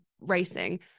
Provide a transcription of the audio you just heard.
racing